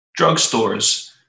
drugstores